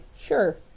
Sure